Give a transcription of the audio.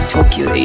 Tokyo